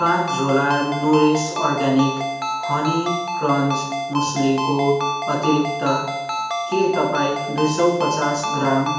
पाँच झोला Nourish organic honey crunch मुसलीको अतिरिक्त के तपाईँ दुई सौ पचास ग्राम